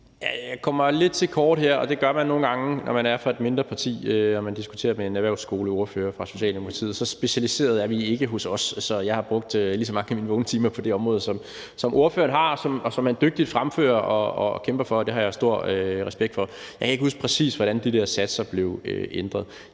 Jeg kommer lidt til kort her, og det gør man nogle gange, når man er fra et mindre parti og man diskuterer med en erhvervsskoleordfører fra Socialdemokratiet. Så specialiserede er vi ikke hos os, at jeg har brugt lige så mange af mine vågne timer på det område, som ordføreren har, og som han dygtigt fremfører og kæmper for. Det har jeg stor respekt for. Jeg kan ikke huske præcis, hvordan de der satser blev ændret.